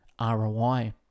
ROI